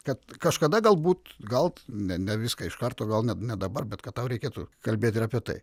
kad kažkada galbūt gal ne viską iš karto gal net ne dabar bet kad tau reikėtų kalbėti ir apie tai